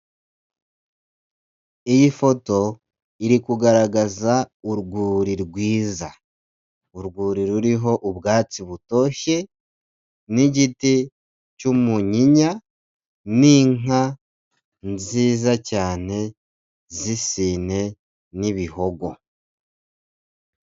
Iyi foto iri kugaragaza urwuri rwiza, urwuri ruriho ubwatsi butoshye n'igiti cy'umuyinya n'inka nziza cyane z'isine n'ibihogo.